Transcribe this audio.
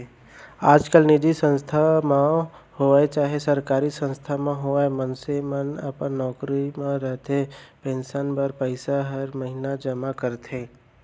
आजकाल निजी संस्था म होवय चाहे सरकारी संस्था म होवय मनसे मन अपन नौकरी म रहते पेंसन बर पइसा हर महिना जमा करथे